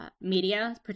media